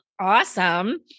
Awesome